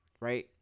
right